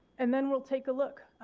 and then we'll take a look.